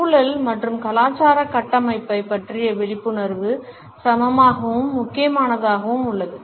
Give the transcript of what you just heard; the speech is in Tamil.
சூழல் மற்றும் கலாச்சார கட்டமைப்பைப் பற்றிய விழிப்புணர்வு சமமாகவும் முக்கியமானதாகவும் உள்ளது